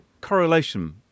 correlation